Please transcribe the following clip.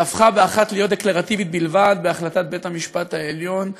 שהפכה באחת להיות דקלרטיבית בלבד בהחלטת בית-המשפט העליון.